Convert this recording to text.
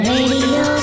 Radio